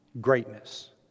greatness